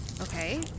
Okay